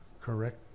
correct